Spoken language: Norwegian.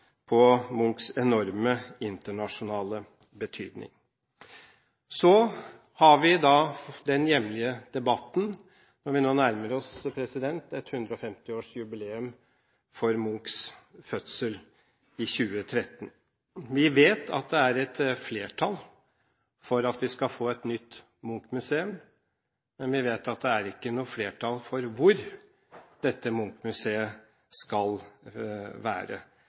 på Munchs enorme internasjonale betydning. Så har vi fått den hjemlige debatten når vi nå nærmer oss 2013, 150-årsjubileet for Munchs fødsel. Vi vet at det er flertall for at vi skal få et nytt Munch-museum, men vi vet også at det ikke er noe flertall for hvor dette Munch-museet skal være.